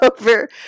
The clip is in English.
over